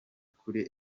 kuri